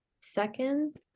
second